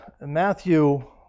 Matthew